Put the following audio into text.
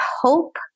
hope